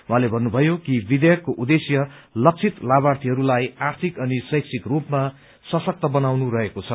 उहाँले भन्नुभयो कि विघेयकको उद्देश्य लक्षित लामार्थीहरूलाई आर्थिक अनि शैक्षिक रूपमा सशक्त बनाउनु रहेको छ